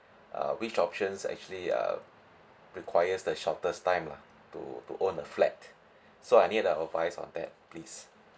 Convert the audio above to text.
err which options actually err requires the shortest time lah to to own a flat so I need a advice on that please